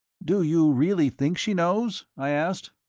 do you really think she knows? i asked.